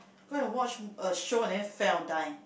go and watch a show and then fell die